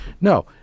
no